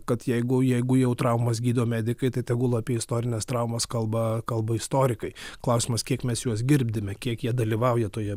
kad jeigu jeigu jau traumas gydo medikai tai tegul apie istorines traumas kalba kalba istorikai klausimas kiek mes juos girdime kiek jie dalyvauja toje